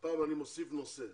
הפעם אני מוסיף נושא.